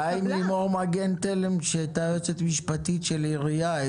הבעיה עם לימור מגן תלם היא שהיא הייתה יועצת משפטית של עירייה.